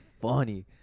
funny